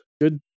good